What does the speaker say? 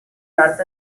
nord